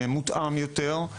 מותאם יותר,